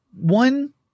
one